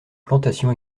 plantation